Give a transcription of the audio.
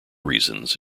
reasons